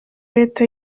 leta